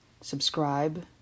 subscribe